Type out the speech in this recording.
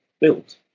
built